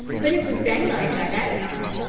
but it was daylight by that time,